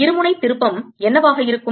இருமுனை திருப்பம் என்னவாக இருக்கும்